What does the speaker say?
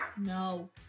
No